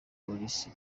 polisi